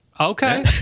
Okay